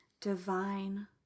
divine